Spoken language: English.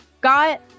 got